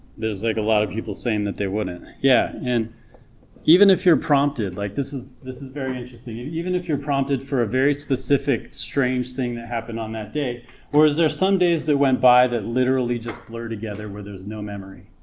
there's like a lot of people saying that they wouldn't yeah and even if you're prompted like this, this is very interesting, even if you're prompted for a very specific strange thing that happened on that day or is there some days that went by that literally just blur together where there's no memory,